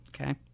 Okay